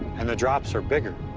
and the drops are bigger.